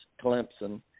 Clemson